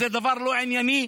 זה דבר לא ענייני.